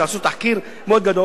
שעשו תחקיר מאוד גדול.